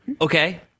Okay